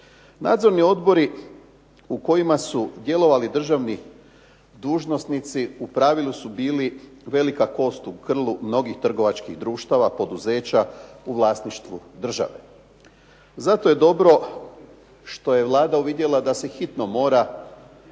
Nadzorni odbori u kojima su djelovali državni dužnosnici u pravilu su bili velika kost u grlu mnogih trgovačkih društava, poduzeća u vlasništvu države. Zato je dobro što je Vlada uvidjela da se hitno mora